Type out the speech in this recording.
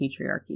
patriarchy